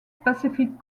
pacific